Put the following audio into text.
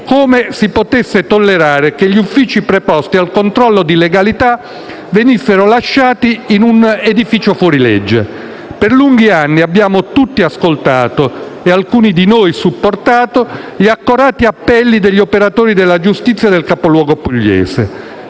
come si potesse tollerare che gli uffici preposti al controllo di legalità venissero lasciati in un edificio fuori legge. Per lunghi anni abbiamo tutti ascoltato, e alcuni di noi supportato, gli accorati appelli degli operatori della giustizia del capoluogo pugliese.